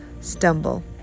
stumble